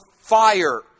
fire